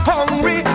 Hungry